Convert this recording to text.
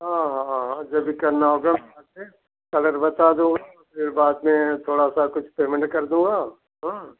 हाँ हाँ हाँ जो भी करना होगा वहाँ से कलर बता दो फिर बाद में थोड़ा सा कुछ पेमेंट कर दूँगा हाँ